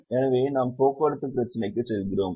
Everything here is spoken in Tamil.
எனவே நாம் போக்குவரத்து பிரச்சினைக்கு செல்கிறோம்